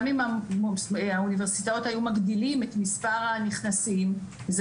גם אם האוניברסיטאות היו מגדילות את מספר הנכנסים זה